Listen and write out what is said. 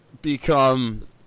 Become